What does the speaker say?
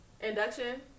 Induction